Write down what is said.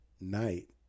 night